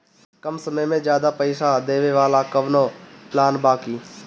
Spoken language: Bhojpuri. कम समय में ज्यादा पइसा देवे वाला कवनो प्लान बा की?